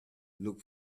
look